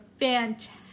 fantastic